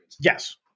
Yes